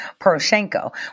Poroshenko